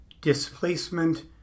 displacement